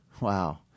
wow